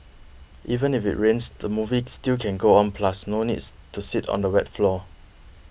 even if it rains the movie still can go on plus no needs to sit on the wet floor